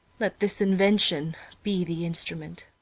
let this invention be the instrument.